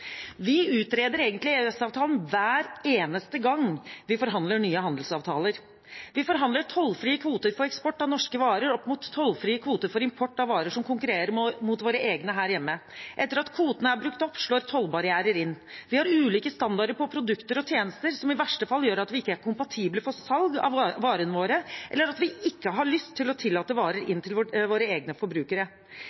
Vi utreder egentlig EØS-avtalen hver eneste gang vi forhandler nye handelsavtaler. Vi forhandler tollfrie kvoter for eksport av norske varer opp mot tollfrie kvoter for import av varer som konkurrerer mot våre egne her hjemme. Etter at kvotene er brukt opp, slår tollbarrierer inn. Vi har ulike standarder på produkter og tjenester, som i verste fall gjør at vi ikke er kompatible for salg av varene våre, eller at vi ikke har lyst til å tillate varer